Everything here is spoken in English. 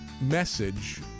message